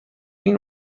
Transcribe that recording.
این